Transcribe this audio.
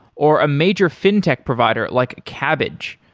or a major fintech provider like kabbage,